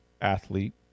athlete